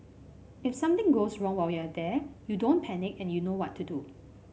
if something goes wrong while you're there you don't panic and you know what to do